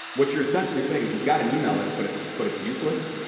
what you're essentially saying is you've got an email list but it's but it's useless?